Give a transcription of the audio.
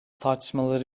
tartışmalara